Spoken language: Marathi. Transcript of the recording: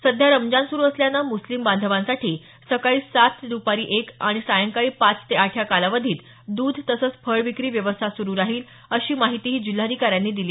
सध्या रमजान सुरु असल्यानं मुस्लिम बांधवांसाठी सकाळी सात ते दपारी एक आणि सायंकाळी पाच ते आठ या कालावधीत द्ध तसंच फळविक्री व्यवस्था सुरू राहील अशी माहिती जिल्हाधिकारी यांनी दिली